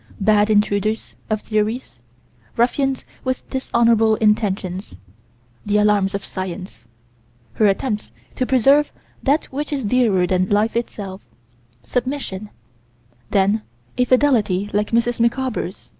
bad intruders of theories ruffians with dishonorable intentions the alarms of science her attempts to preserve that which is dearer than life itself submission then a fidelity like mrs. micawber's.